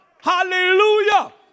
Hallelujah